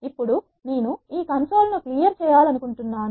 ఇప్పుడు నేను ఈ కన్సోల్ ను క్లియర్ చేయాలనుకుంటున్నాను